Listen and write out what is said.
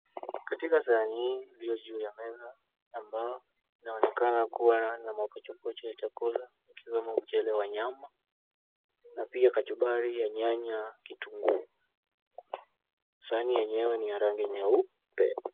Katika sahani hii iliyo juu ya meza ya mbao. Inaonekana kuwa na mapochopocho ya chakula ikiwemo mchele wa nyama, kuna pia kachumbari ya nyanya, kitunguu. Sahani yenyewe ni ya rangi nyeupe.